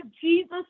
Jesus